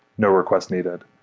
no request needed.